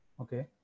Okay